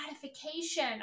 gratification